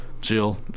jill